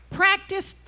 practice